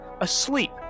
asleep